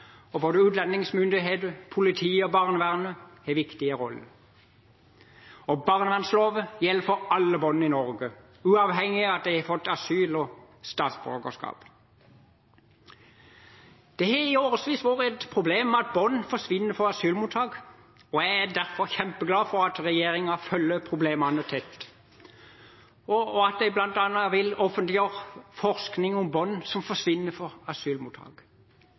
og både utlendingsmyndigheter, politi og barnevern har viktige roller. Barnevernsloven gjelder for alle barn i Norge, uavhengig av om de har fått asyl og statsborgerskap. Det har i årevis vært et problem at barn forsvinner fra asylmottak. Jeg er derfor kjempeglad for at regjeringen følger problemet tett, og at det bl.a. blir offentliggjort forskning om barn som forsvinner fra asylmottak,